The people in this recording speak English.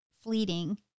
fleeting